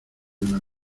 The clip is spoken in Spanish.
una